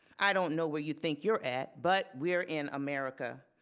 i don't know where you think you're at, but we're in america.